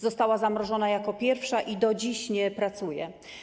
Została zamrożona jako pierwsza i do dziś nie pracuje.